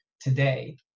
today